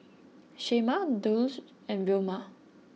Shemar Dulce and Vilma